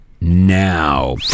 now